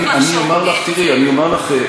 אני אומר לך,